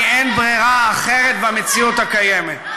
כי אין ברירה אחרת במציאות הקיימת.